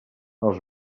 els